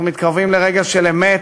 אנחנו מתקרבים לרגע של אמת,